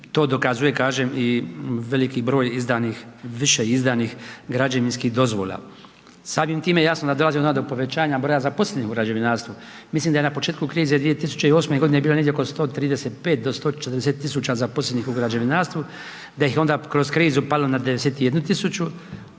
to dokazuje, kažem, i veliki broj izdanih, više izdanih građevinskih dozvola. Samim time jasno da dolazi onda do povećanja broja zaposlenih u građevinarstvu. Mislim da je na početku krize 2008.g. bilo negdje oko 135 do 140 000 zaposlenih u građevinarstvu, da ih je onda kroz krizu palo na 91 000,